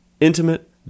intimate